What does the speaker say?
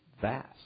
vast